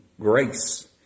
grace